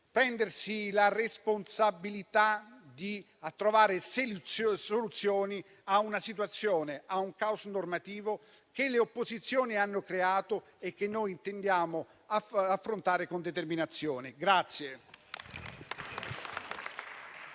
assume la responsabilità di trovare soluzioni a una situazione di caos normativo che le opposizioni hanno creato e che noi intendiamo affrontare con determinazione.